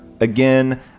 Again